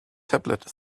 tablet